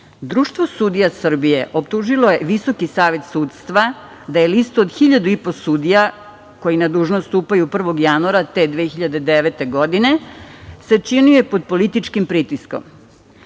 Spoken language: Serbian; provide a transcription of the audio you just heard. Društvo sudija Srbije optužilo je Visoki savet sudstva da je listu od 1.500 sudija, koji na dužnost stupaju 1. januara 2009. godine, sačinio je pod političkim pritiskom.